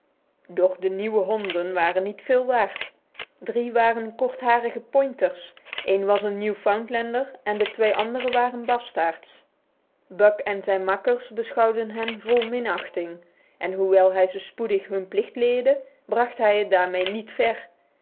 doch de nieuwe honden waren niet veel waard drie waren kortharige pointers een was een newfoundlander en de twee andere waren bastaards buck en zijn makkers beschouwden hen vol minachting en hoewel hij hun spoedig hun plicht leerde bracht hij het daarmee niet ver